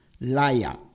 liar